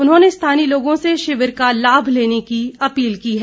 उन्होंने स्थानीय लोगों से शिविर का लाभ लेने की अपील की है